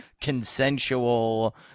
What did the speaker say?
consensual